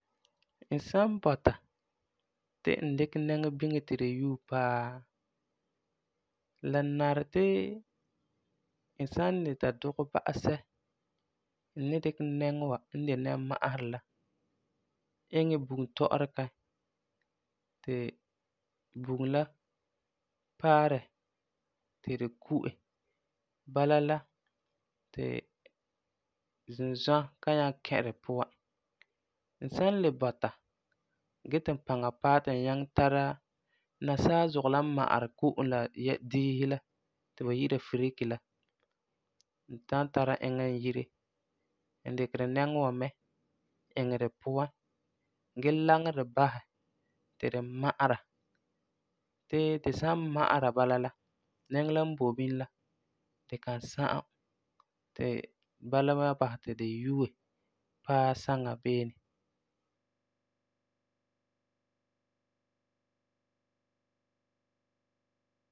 N san bɔta ti n dikɛ nɛŋɔ biŋe ti di yue paa, la nari ti n san ni ta dugɛ ba'asɛ n ni dikɛ nɛŋɔ n de nɛmma'aserɛ la iŋɛ bugum tɔ'ɔrekan ti bugum la paɛ di ti di ku'e, bala la ti zunzɔa kan nyaŋɛ kɛ di puan. N san le bɔta gee ti n paŋa paɛ ti n nyaŋɛ tara nasaa zugɔ la n ma'ari ko'om la diisi la ti ba yi'ira firiki la, n san tara eŋa n yire, dikeri nɛŋɔ wa mɛ iŋɛ di puan gee laŋɛ di basɛ ti di ma'ara, ti di san ma'ara bala la, nɛŋɔ la n boi bini la, di kan sa'am, ti bala la wan basɛ ti di yue paɛ saŋa beene.